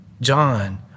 John